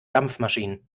dampfmaschinen